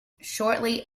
shortly